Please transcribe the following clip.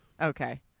Okay